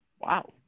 wow